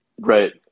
Right